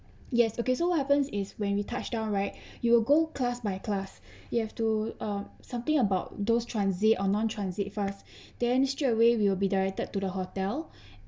yes okay so what happens is when we touched down right you will go class by class you have to uh something about those transit or non transit first then straight away we will be directed to the hotel